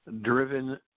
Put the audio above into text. driven